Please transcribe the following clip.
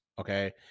Okay